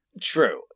True